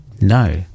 No